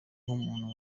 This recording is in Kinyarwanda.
nk’umuntu